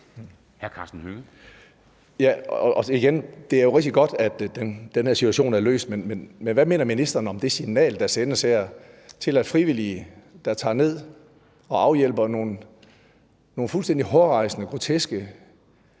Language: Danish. Det er jo rigtig godt, at den her situation er løst. Men hvad mener ministeren om at det signal, der her sendes, hvor frivillige tager ned og afhjælper nogle fuldstændig hårrejsende, groteske